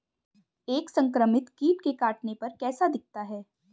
एक संक्रमित कीट के काटने पर कैसा दिखता है?